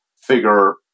figure